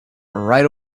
right